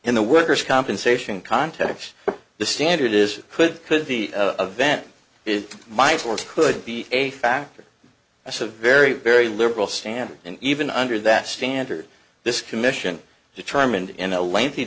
in the worker's compensation content of the standard is could could be a vent it might or could be a factor that's a very very liberal standard and even under that standard this commission determined in a lengthy